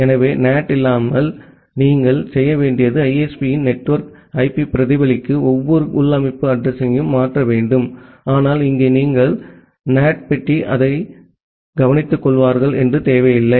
எனவே NAT இல்லாமல் நீங்கள் செய்ய வேண்டியது ISP இன் நெட்வொர்க் ஐபி பிரதிபலிக்க ஒவ்வொரு உள் அமைப்பு அட்ரஸிங்யையும் மாற்ற வேண்டும் ஆனால் இங்கே நீங்கள் NAT பெட்டி அதை கவனித்துக்கொள்வார்கள் என்று தேவையில்லை